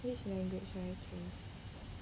which language shall I choose